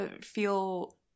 feel